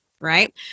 right